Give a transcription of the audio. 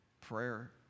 prayer